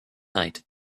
night